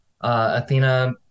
Athena